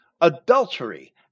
adultery